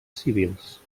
civils